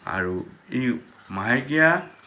আৰু এই মাহেকীয়া